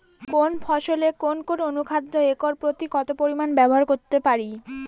কোন ফসলে কোন কোন অনুখাদ্য একর প্রতি কত পরিমান ব্যবহার করতে পারি?